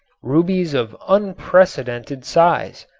rubies of unprecedented size,